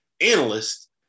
analyst